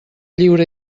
lliure